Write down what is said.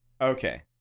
Okay